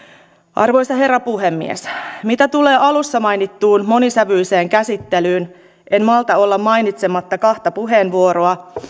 arvoisa herra puhemies mitä tulee alussa mainittuun monisävyiseen käsittelyyn en malta olla mainitsematta kahta puheenvuoroa